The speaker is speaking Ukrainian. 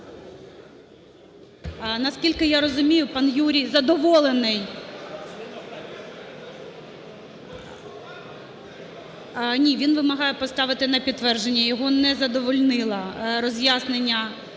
Наскільки я розумію, пан Юрій задоволений. Ні, він вимагає поставити на підтвердження, його не задовольнило роз'яснення